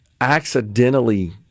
accidentally